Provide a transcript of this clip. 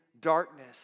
darkness